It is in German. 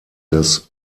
des